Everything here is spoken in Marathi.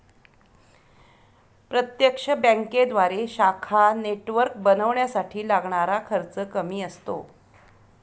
प्रत्यक्ष बँकेद्वारे शाखा नेटवर्क बनवण्यासाठी लागणारा खर्च कमी असतो